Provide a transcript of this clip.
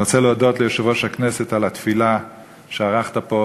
ואני רוצה להודות ליושב-ראש הכנסת על התפילה שערכת פה,